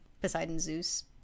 Poseidon-Zeus